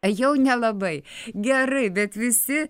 jau nelabai gerai bet visi